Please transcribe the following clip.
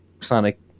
sonic